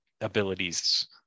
abilities